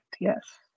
yes